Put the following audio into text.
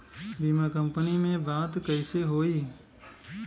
बीमा कंपनी में बात कइसे होई?